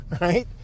right